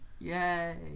Yay